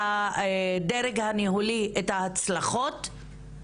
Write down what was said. לדרג הניהולי את ההצלחות,